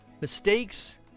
mistakes